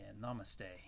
namaste